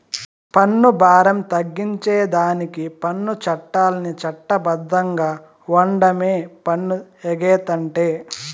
పన్ను బారం తగ్గించేదానికి పన్ను చట్టాల్ని చట్ట బద్ధంగా ఓండమే పన్ను ఎగేతంటే